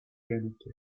penalty